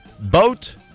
boat